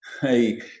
Hey